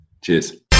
Cheers